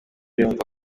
yumva